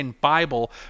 Bible